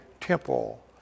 temple